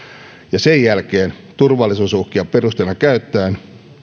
ja sen jälkeen turvallisuusuhkia perusteena käyttäen